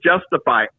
justify